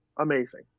amazing